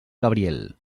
cabriel